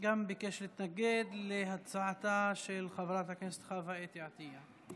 הוא גם ביקש להתנגד להצעתה של חברת הכנסת חוה אתי עטייה.